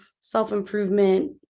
self-improvement